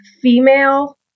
female